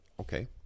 okay